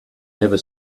never